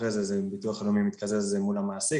אחרי זה, זה ביטוח לאומי מתקזז מול המעסיק.